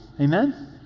Amen